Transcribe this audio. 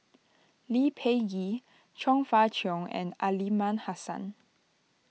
Lee Peh Gee Chong Fah Cheong and Aliman Hassan